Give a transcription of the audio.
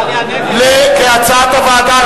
זה כהצעת הוועדה.